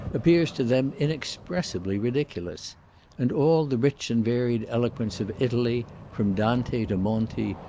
appears to them inexpressibly ridiculous and all the rich and varied eloquence of italy, from dante to monti,